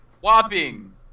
Whopping